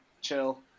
chill